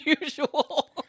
usual